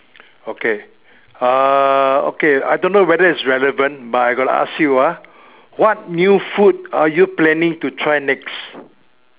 okay uh okay I don't know whether is relevant but I got to ask you ah what new food are you planning to try next